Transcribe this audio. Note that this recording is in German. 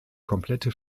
komplette